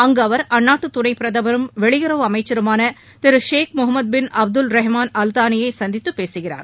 அங்கு அவர் அந்நாட்டு துணைப் பிரதமரும் வெளியுறவு அமைச்சருமான திரு Sheikh Mohammed bin Abdul Rahman Al தானியை சந்தித்துப் பேசுகிறார்